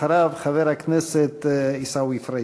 אחריו, חבר הכנסת עיסאווי פריג'.